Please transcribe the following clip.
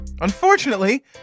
Unfortunately